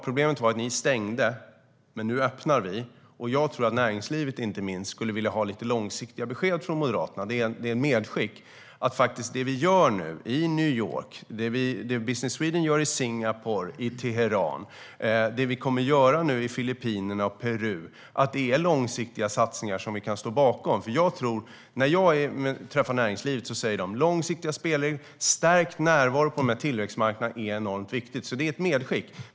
Problemet var att ni stängde, men nu öppnar vi. Och jag tror att inte minst näringslivet skulle vilja ha lite långsiktiga besked från Moderaterna. Det vi gör nu i New York, det Business Sweden gör i Singapore och i Teheran och det vi kommer att göra nu i Filippinerna och Peru är långsiktiga satsningar som vi kan stå bakom. När jag träffar näringslivet säger de att långsiktiga spelregler och stärkt närvaro på tillväxtmarknaderna är enormt viktigt, så det är ett medskick.